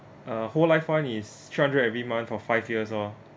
ah whole life [one] is three hundred every month for five years orh